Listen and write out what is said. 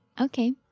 Okay